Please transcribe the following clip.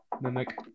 mimic